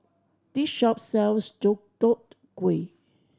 this shop sells Deodeok Gui